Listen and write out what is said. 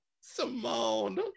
Simone